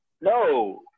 No